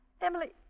Emily